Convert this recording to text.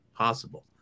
Possible